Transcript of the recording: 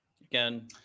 Again